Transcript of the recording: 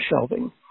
shelving